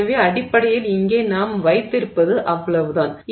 எனவே அடிப்படையில் இங்கே நாம் வைத்திருப்பது அவ்வளவுதான்